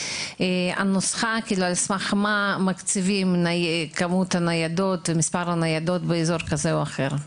ולגבי הנוסחה על סמך מה מקציבים את כמות הניידות באזור כזה או אחר?